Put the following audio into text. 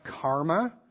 karma